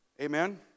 Amen